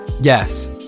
Yes